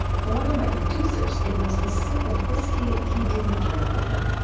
for one of my producers, it was the sip of whiskey he didn't drink with him.